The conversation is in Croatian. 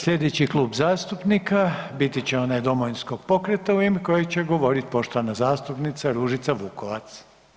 Sljedeći klub zastupnika biti će onaj Domovinskog pokreta u ime kojeg će govoriti poštovana zastupnica Ružica Vukovac.